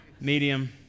Medium